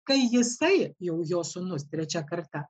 kai jisai jau jos sūnus trečia karta